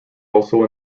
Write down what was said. also